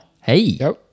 Hey